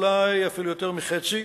אולי אפילו יותר מחצי,